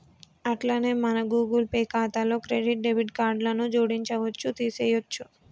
అట్లనే మన Google Pay ఖాతాలో క్రెడిట్ డెబిట్ కార్డులను జోడించవచ్చు తీసేయొచ్చు